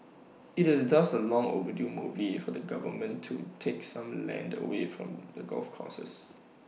IT is thus A long overdue movie for the government to take some land away from the golf courses